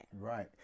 Right